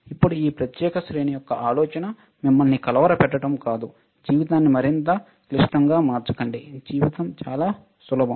ఇప్పుడు ఈ ప్రత్యేక శ్రేణి యొక్క ఆలోచన మిమ్మల్ని కలవరపెట్టడం కాదు జీవితాన్ని మరింత క్లిష్టంగా మార్చకండి జీవితం చాలా సులభం